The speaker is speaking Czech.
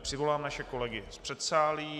Přivolám naše kolegy z předsálí.